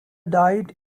died